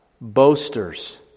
boasters